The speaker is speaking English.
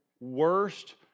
worst